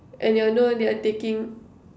and you know they are taking